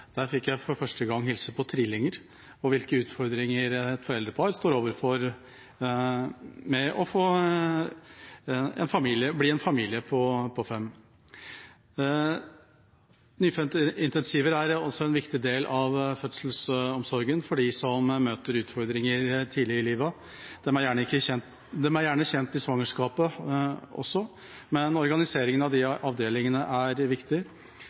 Der fikk jeg for første gang hilse på trillinger og se hvilke utfordringer foreldrepar står overfor når de blir en familie på fem. Nyfødtintensiver er en viktig del av fødselsomsorgen for dem som møter utfordringer tidlig i livet. De er gjerne kjent i svangerskapet også, men organiseringen av disse avdelingene er viktig.